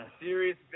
serious